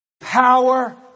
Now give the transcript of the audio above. power